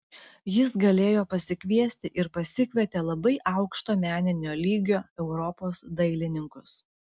jis galėjo pasikviesti ir pasikvietė labai aukšto meninio lygio europos dailininkus